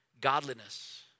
godliness